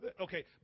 Okay